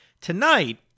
Tonight